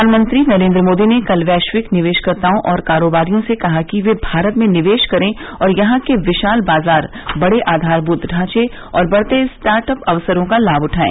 प्रधानमंत्री नरेन्द्र मोदी ने कल वैश्विक निवेशकर्ताओं और कारोबारियों से कहा कि वे भारत में निवेश करें और यहां के विशाल बाजार बड़े आधारमुत ढांचे और बढ़ते स्टार्टअप अवसरों का लाभ उठायें